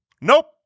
Nope